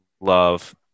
love